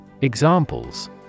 Examples